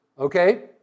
Okay